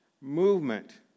movement